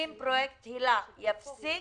אם פרויקט היל"ה יפסיק